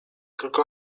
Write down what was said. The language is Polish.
tylko